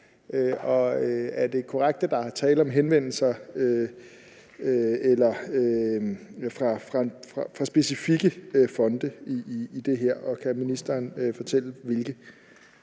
er det korrekt, at der er tale om henvendelser fra specifikke fonde, og kan ministeren fortælle hvilke?